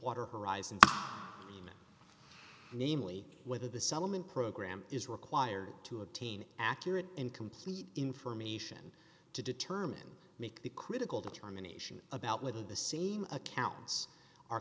water horizon namely whether the settlement program is required to obtain accurate and complete information to determine make the critical determination about whether the same accounts are